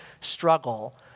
struggle